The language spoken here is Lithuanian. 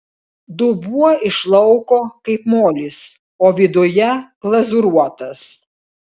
dubuo iš lauko kaip molis o viduje glazūruotas